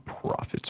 profits